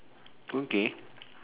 okay